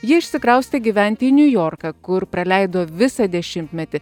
ji išsikraustė gyventi į niujorką kur praleido visą dešimtmetį